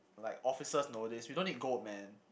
like officers know this we don't need gold man